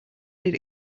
did